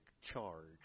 charge